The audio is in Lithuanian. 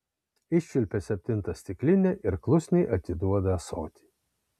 iščiulpia septintą stiklinę ir klusniai atiduoda ąsotį